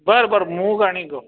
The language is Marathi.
बरं बरं मूग आणि गहू